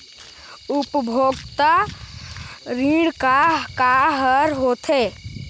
उपभोक्ता ऋण का का हर होथे?